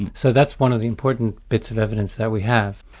and so that's one of the important bits of evidence that we have.